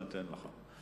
אני אתן לך.